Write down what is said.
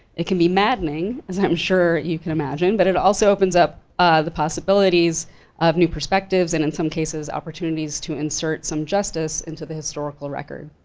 it can be maddening, as i am sure you can imagine, but it also opens up the possibilities of new perspectives, and in some cases, opportunities to insert some justice into the historical record.